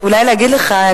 אולי להגיד לך,